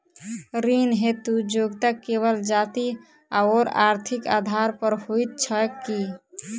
ऋण हेतु योग्यता केवल जाति आओर आर्थिक आधार पर होइत छैक की?